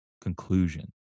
conclusion